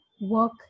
work